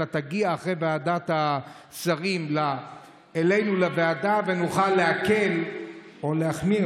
אלא תגיע אחרי ועדת השרים אלינו לוועדה ונוכל להקל או להחמיר,